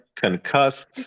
concussed